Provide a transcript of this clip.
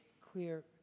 clear